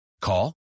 Call